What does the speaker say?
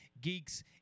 geeks